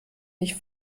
mich